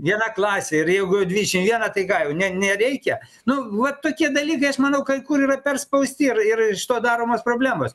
viena klasė ir jeigu dvidešimt vienas tai ką jau ne nereikia nu vot tokie dalykai aš manau kai kur yra perspausti ir ir iš to daromos problemos